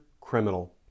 criminal